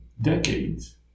decades